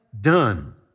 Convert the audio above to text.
done